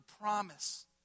promise